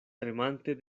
tremante